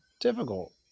difficult